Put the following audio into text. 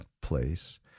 place